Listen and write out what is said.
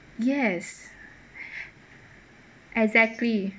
yes exactly